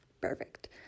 Perfect